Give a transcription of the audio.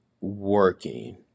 working